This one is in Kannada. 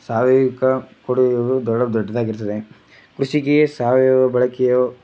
ಸಾವಯವಿಕ ಕೊಡುಗೆಗಳು ಭಾಳ ದೊಡ್ಡದಾಗಿರ್ತದೆ ಕೃಷಿಗೆ ಸಾವಯವ ಬಳಕೆಯು